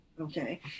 okay